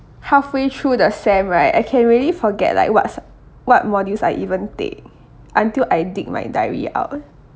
halfway through the sem right I can really forget like what sub~ what modules I even take until I dig my diary out